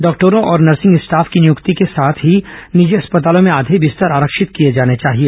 डॉक्टरों और nursing staff की नियुक्ति के साथ ही निजी अस्पतालों में आधे बिस्तर आरक्षित किए जाने चाहिए